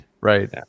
Right